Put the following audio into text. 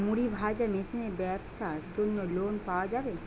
মুড়ি ভাজা মেশিনের ব্যাবসার জন্য লোন পাওয়া যাবে?